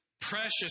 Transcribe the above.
precious